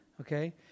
Okay